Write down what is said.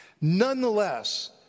Nonetheless